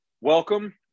welcome